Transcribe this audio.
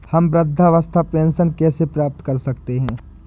हम वृद्धावस्था पेंशन कैसे प्राप्त कर सकते हैं?